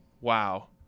wow